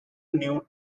new